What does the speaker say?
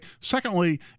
Secondly